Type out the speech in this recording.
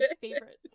favorites